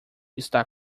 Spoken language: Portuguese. está